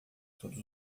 todos